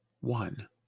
One